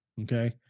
Okay